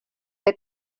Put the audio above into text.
que